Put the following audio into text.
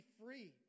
free